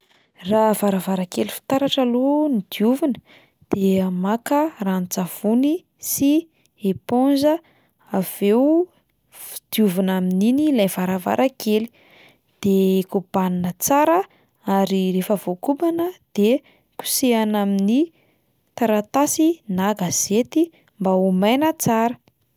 Raha varavarankely fitaratra aloha no diovina dia maka ranon-tsavony sy éponge avy eo f- diovina amin'iny ilay varavarankely de kobanina tsara ary rehefa voakobana de kosehina amin'ny taratasy na gazety mba ho maina tsara.